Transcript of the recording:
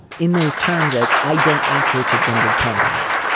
in those terms, as i don't answer to gendered pronouns,